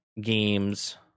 games